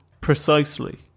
precisely